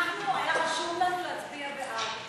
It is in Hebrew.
היה רשום לנו להצביע בעד,